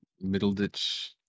middle-ditch